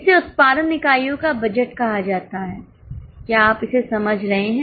इससे उत्पादन इकाइयों का बजट कहा जाता है क्या आप इसे समझ रहे हैं